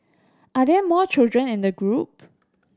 are there more children in the group